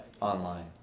Online